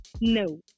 No